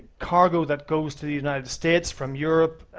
cargo that goes to the united states from europe,